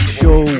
show